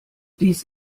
dies